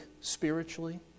spiritually